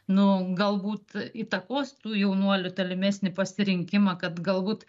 nu galbūt įtakos tų jaunuolių tolimesnį pasirinkimą kad galbūt